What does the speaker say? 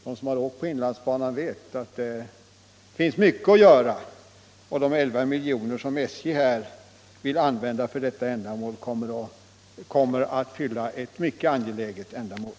Den som åkt på inlandsbanan vet att det finns mycket att göra där, och de 11 miljoner som SJ vill använda för detta ändamål kommer att tillgodose mycket angelägna behov.